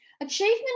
Achievement